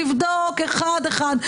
לבדוק אחד-אחד,